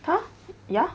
他 ya